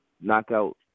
knockout